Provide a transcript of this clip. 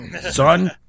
son